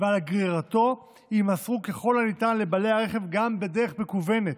ועל גרירתו יימסרו ככל הניתן לבעלי הרכב גם בדרך מקוונת,